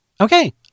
Okay